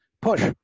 push